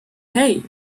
hey